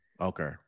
Okay